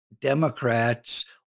Democrats